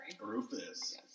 Rufus